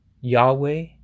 Yahweh